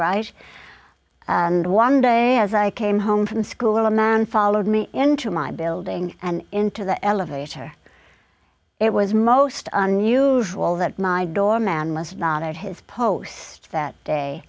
right and one day as i came home from school a man followed me into my building and into the elevator it was most unusual that my doorman must not have posts that day